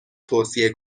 توصیه